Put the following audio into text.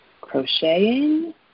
crocheting